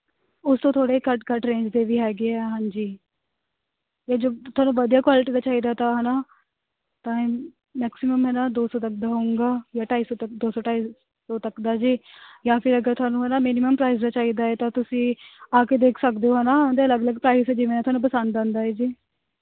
ਉਸ ਤੋਂ ਥੋੜੇ ਘੱਟ ਘੱਟ ਰੇਂਜ ਦੇ ਵੀ ਹੈਗੇ ਆ ਹਾਂਜੀ ਇਹ ਜੋ ਤੁਹਾਨੂੰ ਵਧੀਆ ਕੁਆਲਿਟੀ ਦਾ ਚਾਹੀਦਾ ਤਾਂ ਹਨਾ ਤਾਂ ਮੈਕਸੀਮਮ ਹਨਾ ਦੋ ਸੌ ਤੱਕ ਦਾ ਹੋਵੇਗਾ ਜਾਂ ਢਾਈ ਸੌ ਤੱਕ ਦੋ ਸੌ ਢਾਈ ਸੌ ਤੱਕ ਦਾ ਜੀ ਜਾਂ ਫਿਰ ਅਗਰ ਤੁਹਾਨੂੰ ਹਨਾ ਮਿਨੀਮਮ ਪ੍ਰਾਈਜ਼ ਦਾ ਚਾਹੀਦਾ ਹੈ ਤਾਂ ਤੁਸੀਂ ਆ ਕੇ ਦੇਖ ਸਕਦੇ ਹੋ ਹਨਾ ਉਹਦਾ ਅਲੱਗ ਅਲੱਗ ਪ੍ਰਾਈਜ਼ ਜਿਵੇਂ ਤੁਹਾਨੂੰ ਪਸੰਦ ਆਉਂਦਾ ਹੈ ਜੀ